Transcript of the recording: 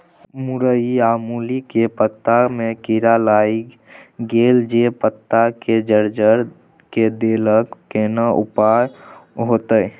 मूरई आ मूली के पत्ता में कीरा लाईग गेल जे पत्ता के जर्जर के देलक केना उपाय होतय?